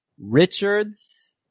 Richards